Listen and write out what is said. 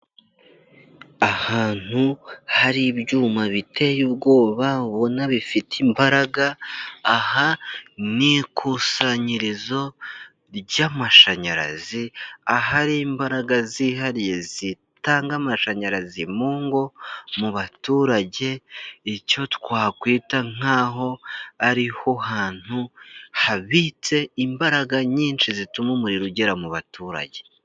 Ahantu hari ibyuma biteye ubwoba ubona bifite imbaraga, aha ni ikusanyirizo ry'amashanyarazi, ahari imbaraga zihariye zitanga amashanyarazi mu ngo, mu baturage, icyo twakwita nk'aho ari ho hantu habitse imbaraga nyinshi zituma umuriro ugera mu baturage.